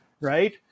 right